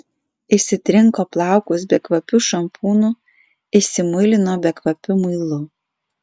išsitrinko plaukus bekvapiu šampūnu išsimuilino bekvapiu muilu